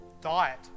diet